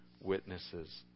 witnesses